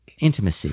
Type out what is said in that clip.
intimacy